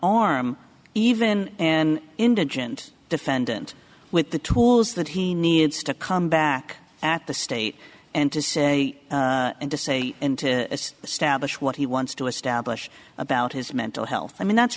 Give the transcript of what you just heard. arm even an indigent defendant with the tools that he needs to come back at the state and to say and to say as establish what he wants to establish about his mental health i mean that's